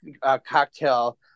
cocktail